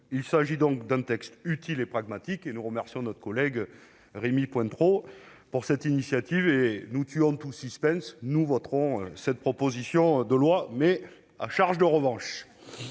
Il s'agit donc d'un texte utile et pragmatique, et nous remercions notre collègue Rémy Pointereau de cette initiative. Je tue d'emblée tout suspense en disant que nous voterons cette proposition de loi ... à charge de revanche